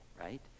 right